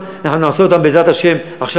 ואנחנו נעשה אותם בעזרת השם עכשיו.